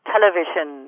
Television